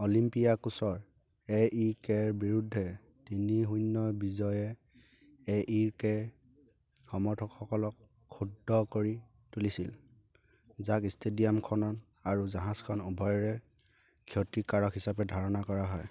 অলিম্পিয়াকোছৰ A E কেৰ বিৰুদ্ধে তিনি শূন্য় বিজয়ে এ ই কেৰ সমৰ্থকসকলক ক্ষুব্ধ কৰি তুলিছিল যাক ইষ্টেডিয়ামখনৰ আৰু জাহাজখন উভয়ৰে ক্ষতিকাৰক হিচাপে ধাৰণা কৰা হয়